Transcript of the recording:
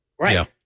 Right